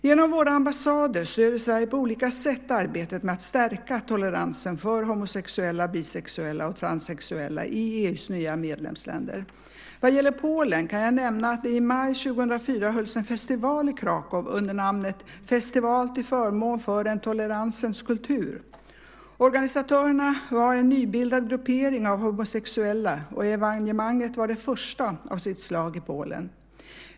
Genom våra ambassader stöder Sverige på olika sätt arbetet med att stärka toleransen för homosexuella, bisexuella och transexuella i EU:s nya medlemsländer. Vad gäller Polen kan jag nämna att det i maj 2004 hölls en festival i Krakow under namnet Festival till förmån för en toleransens kultur. Organisatörerna var en nybildad gruppering av homosexuella, och evenemanget var det första i sitt slag i Polen.